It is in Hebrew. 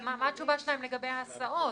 אבל מה התשובה שלהם לגבי ההסעות?